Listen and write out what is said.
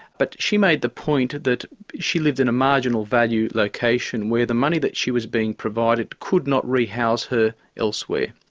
but she made the point that she lived in a marginal value location where the money that she was being provided could not re-house her elsewhere.